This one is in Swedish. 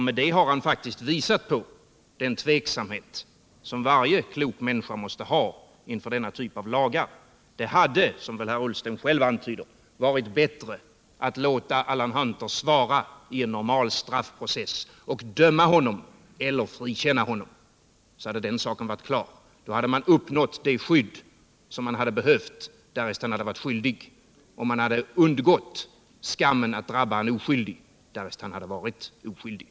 Med det har han faktiskt visat på den tveksamhet som varje klok människa måste känna inför denna typ av lagar. Det hade, som väl herr Ullsten själv antyder, varit bättre — Nr 55 att låta Alan Hunter svara i en normal straffprocess och döma honom eller frikänna honom, så hade den saken varit klar. Då hade man uppnått det skydd som man hade behövt därest han varit skyldig, och man hade. LL undgått skammen att drabba en oskyldig, därest han hade varit oskyldig.